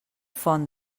font